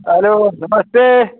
अरे वो नमस्ते